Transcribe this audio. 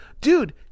Dude